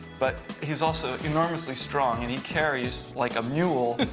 but he's also enormously strong. and he carries, like a mule,